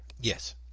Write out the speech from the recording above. Yes